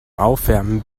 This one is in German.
aufwärmen